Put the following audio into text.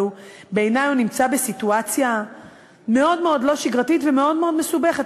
אבל בעיני הוא נמצא בסיטואציה מאוד מאוד לא שגרתית ומאוד מאוד מסובכת.